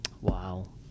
Wow